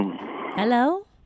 hello